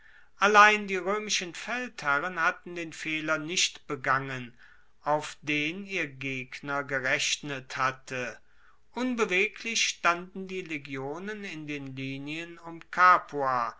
allein die roemischen feldherren hatten den fehler nicht begangen auf den ihr gegner gerechnet hatte unbeweglich standen die legionen in den linien um capua